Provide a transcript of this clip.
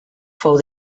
fou